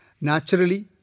Naturally